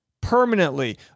permanently